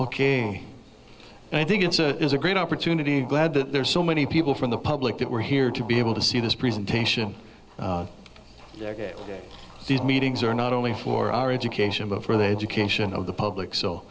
looking i think it's a great opportunity glad that there's so many people from the public that were here to be able to see this presentation these meetings are not only for our education but for the education of the public so